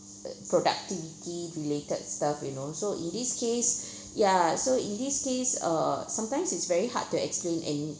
uh productivity-related stuff you know so in this case ya so in this case uh sometimes it's very hard to explain and you